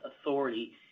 authority